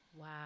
Wow